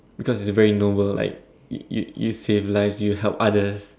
because it's a very noble like you you you save lives you help others